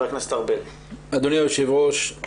אדוני היושב ראש,